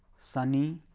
sunny,